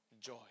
joy